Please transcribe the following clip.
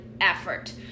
effort